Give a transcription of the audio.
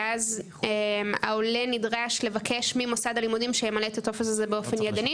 שאז העולה נדרש לבקש ממוסד הלימודים שימלא את הטופס הזה באופן ידני,